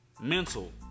Mental